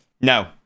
No